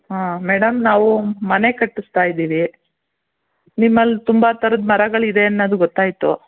ಹಾಂ ಮೇಡಮ್ ನಾವು ಮನೆ ಕಟ್ಟಿಸ್ತಾ ಇದ್ದೀವಿ ನಿಮ್ಮಲ್ಲಿ ತುಂಬ ಥರದ ಮರಗಳಿದೆ ಅನ್ನೋದು ಗೊತ್ತಾಯಿತು